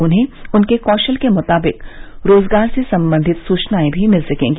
उन्हें उनके कौशल के मुताबिक रोजगार से सम्बंधित सूचनाए भी मिल सकेंगी